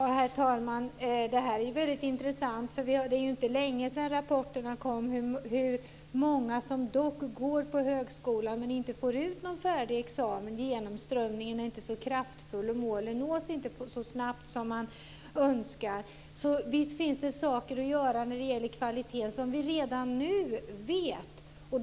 Herr talman! Det här är väldigt intressant, för det är ju inte länge sedan rapporterna kom om hur många som dock går på högskolan men inte får ut någon färdig examen. Genomströmningen är inte så kraftfull, och målen nås inte så snabbt som man önskar. Så visst finns det saker att göra när det gäller kvaliteten som vi redan nu vet.